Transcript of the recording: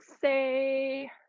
say